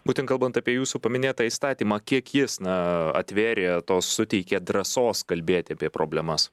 būtent kalbant apie jūsų paminėtą įstatymą kiek jis na atvėrė to suteikė drąsos kalbėti apie problemas